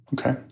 Okay